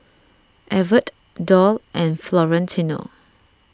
Evertt Doll and Florentino